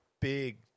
big